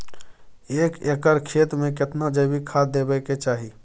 एक एकर खेत मे केतना जैविक खाद देबै के चाही?